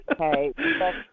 Okay